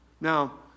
Now